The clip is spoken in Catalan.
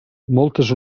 moltes